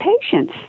patience